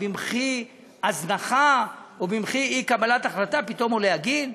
במחי הזנחה או במחי אי-קבלת החלטה פתאום עולה הגיל?